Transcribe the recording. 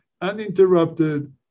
uninterrupted